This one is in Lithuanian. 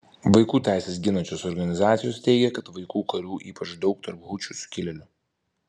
vaikų teises ginančios organizacijos teigia kad vaikų karių ypač daug tarp hučių sukilėlių